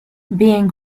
being